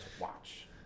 watch